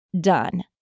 done